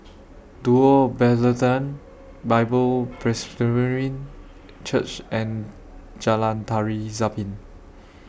Duo Bethlehem Bible Presbyterian Church and Jalan Tari Zapin